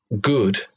good